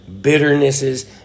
bitternesses